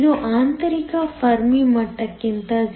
ಇದು ಆಂತರಿಕ ಫರ್ಮಿ ಮಟ್ಟಕ್ಕಿಂತ 0